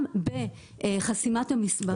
גם בחסימת המספרים.